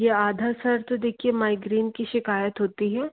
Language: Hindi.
ये आधा सिर तो देखिए मायग्रेन कि शिकायत होती है